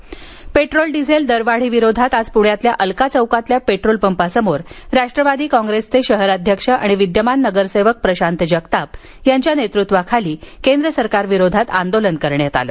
असं आवाहन त्यांनी केलं आंदोलन पेट्रोल डिझेल दरवाढी विरोधात आज पुण्यातील अलका चौकातील पेट्रोल पंपासमोर राष्ट्रवादी काँग्रेसचे शहर अध्यक्ष आणि विद्यमान नगरसेवक प्रशांत जगताप यांच्या नेतृत्वात केंद्र सरकार विरोधात आंदोलन करण्यात आलं